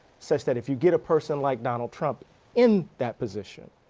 such that if you get a person like donald trump in that position,